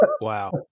Wow